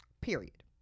period